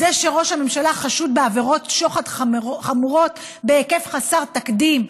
זה שראש הממשלה חשוד בעבירות שוחד חמורות בהיקף חסר תקדים,